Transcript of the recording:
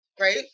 right